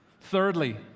Thirdly